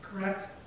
Correct